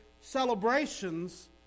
celebrations